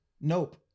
Nope